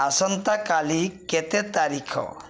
ଆସନ୍ତା କାଲି କେତେ ତାରିଖ